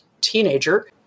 teenager